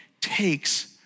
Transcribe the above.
takes